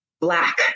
black